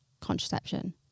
contraception